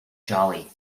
jolly